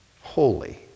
holy